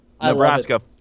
Nebraska